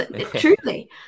Truly